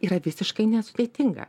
yra visiškai nesudėtinga